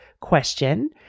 question